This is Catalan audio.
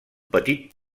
petit